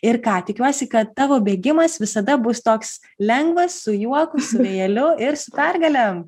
ir ką tikiuosi kad tavo bėgimas visada bus toks lengvas su juoku vėjeliu ir su pergalėm